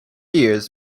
years